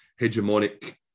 hegemonic